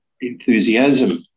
enthusiasm